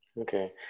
Okay